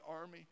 army